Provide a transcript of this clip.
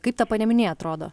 kaip ta panemiunė atrodo